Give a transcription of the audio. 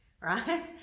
Right